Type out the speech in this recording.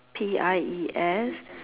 P I E S